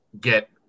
get